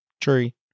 tree